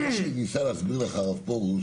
מה שניסה להסביר לך הרב פרוש,